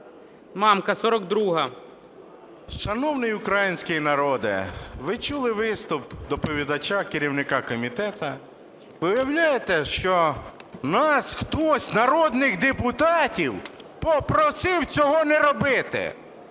МАМКА Г.М. Шановний український народе, ви чули виступ доповідача керівника комітету? Уявляєте, що нас хтось, народних депутатів, попросив цього не робити?